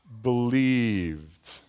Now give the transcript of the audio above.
believed